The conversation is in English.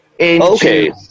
Okay